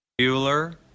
Bueller